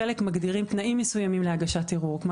חלק מגדירים תנאים מסוימים להגשת ערעור כמו